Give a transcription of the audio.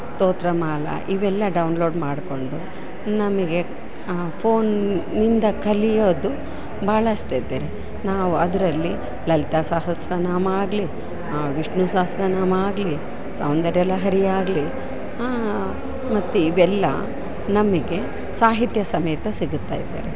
ಸ್ತೋತ್ರ ಮಾಲ ಇವೆಲ್ಲ ಡೌನ್ಲೋಡ್ ಮಾಡ್ಕೊಂಡು ನಮಗೆ ಫೋನ್ನಿಂದ ಕಲಿಯೋದು ಭಾಳಷ್ಟಿದ್ದರೆ ನಾವು ಅದರಲ್ಲಿ ಲಲಿತ ಸಹಸ್ರನಾಮ ಆಗಲಿ ವಿಷ್ಣು ಸಹಸ್ರನಾಮ ಆಗಲಿ ಸೌಂದರ್ಯ ಲಹರಿ ಆಗಲಿ ಮತ್ತು ಇವೆಲ್ಲ ನಮಗೆ ಸಾಹಿತ್ಯ ಸಮೇತ ಸಿಗುತ್ತಾಯಿದೆ